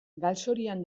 galzorian